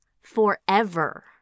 forever